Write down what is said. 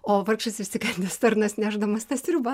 o vargšas išsigandęs tarnas nešdamas tą sriubą